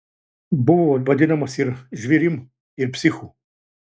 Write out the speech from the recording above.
buvo vadinamas ir žvėrim ir psichu